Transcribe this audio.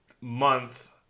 month